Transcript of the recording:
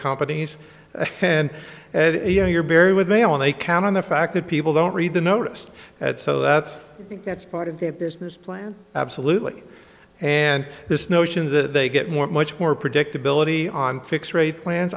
companies and you know you're barry with mail and they count on the fact that people don't read the noticed at so that's that's part of the business plan absolutely and this notion that they get more much more predictability on fixed rate plans